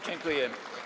Dziękuję.